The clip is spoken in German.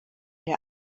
der